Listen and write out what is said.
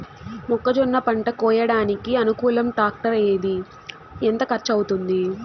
మొక్కజొన్న పంట కోయడానికి అనుకూలం టాక్టర్ ఏది? ఎంత ఖర్చు అవుతుంది?